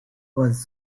was